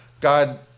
God